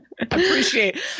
appreciate